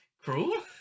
Cruel